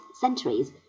centuries